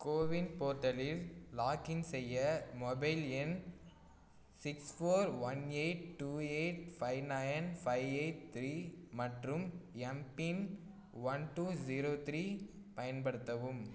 CoWIN போர்ட்டலில் login செய்ய mobile எண் six four one eight two eight five nine five eight three மற்றும் MPIN one two zero three பயன்படுத்தவும்